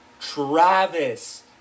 Travis